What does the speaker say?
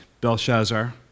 Belshazzar